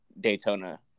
Daytona